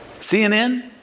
CNN